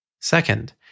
Second